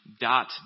dot